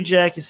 Jack